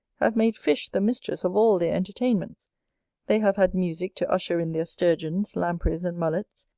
have made fish the mistress of all their entertainments they have had musick to usher in their sturgeons, lampreys, and mullets,